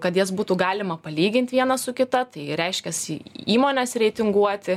kad jas būtų galima palygint vieną su kita tai reiškias įmones reitinguoti